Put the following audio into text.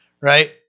right